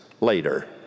later